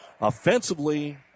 Offensively